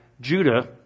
Judah